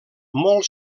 molt